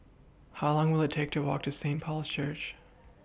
How Long Will IT Take to Walk to Saint Paul's Church